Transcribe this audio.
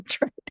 right